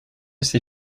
ces